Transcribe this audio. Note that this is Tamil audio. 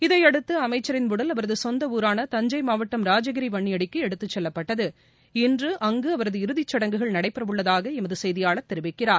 இதையடுத்து அமைச்சின் உடல் அவரது சொந்த ஊரான தஞ்சை மாவட்டம் ராஜகிரி வன்னியடிக்கு எடுத்துச் செல்லப்பட்டது இன்று அங்கு அவரது இறதிச் சடங்குகள் நடைபெற உள்ளதாக எமது செய்தியாளர் தெரிவிக்கிறார்